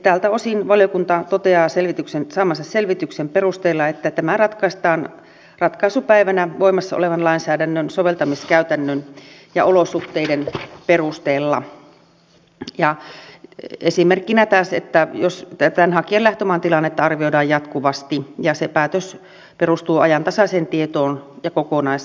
tältä osin valiokunta toteaa saamansa selvityksen perusteella että tämä ratkaistaan ratkaisupäivänä voimassa olevan lainsäädännön soveltamiskäytännön ja olosuhteiden perusteella esimerkkinä taas että tämän hakijan lähtömaan tilannetta arvioidaan jatkuvasti ja se päätös perustuu ajantasaiseen tietoon ja kokonaisarviointiin